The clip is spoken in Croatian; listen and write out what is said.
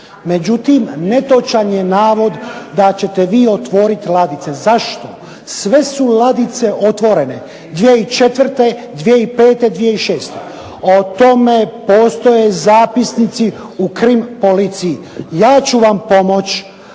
Međutim, netočan je navod da ćete vi otvoriti ladice. Zašto? Sve su ladice otvorene 2004., 2005., 2006. O tome postoje zapisnici u krim policiji. Ja ću vam pomoći